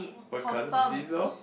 what colour the seesaw